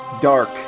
Dark